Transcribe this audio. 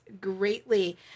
greatly